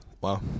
Wow